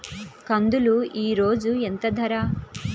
కందులు ఈరోజు ఎంత ధర?